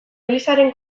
elizaren